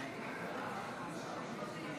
תוצאות